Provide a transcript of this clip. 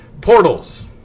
portals